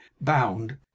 bound